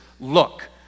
look